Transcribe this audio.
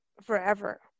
forever